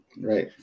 right